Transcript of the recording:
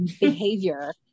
behavior